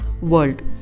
world